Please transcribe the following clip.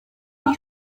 uwo